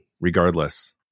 regardless